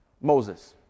Moses